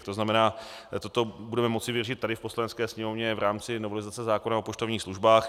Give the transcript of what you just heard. To znamená, toto budeme moci vyřešit tady v Poslanecké sněmovně v rámci novelizace zákona o poštovních službách.